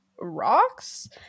rocks